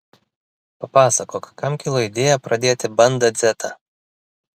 papasakok kam kilo idėja pradėti banda dzetą